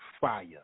fire